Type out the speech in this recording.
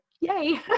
yay